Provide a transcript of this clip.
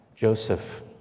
Joseph